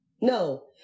no